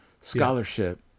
scholarship